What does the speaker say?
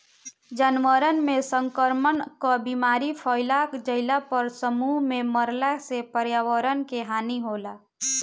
जानवरन में संक्रमण कअ बीमारी फइल जईला पर समूह में मरला से पर्यावरण के हानि होला